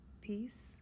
peace